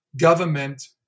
government